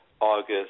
August